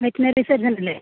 veterinary surgeon അല്ലേ